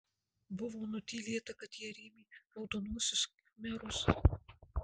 buvo nutylėta kad jie rėmė raudonuosius khmerus